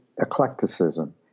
eclecticism